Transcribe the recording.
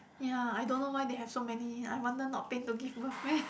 ya I don't know why they have so many I wonder not pain to give birth meh